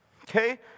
Okay